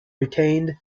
retained